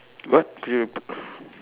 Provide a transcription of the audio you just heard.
what do you